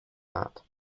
not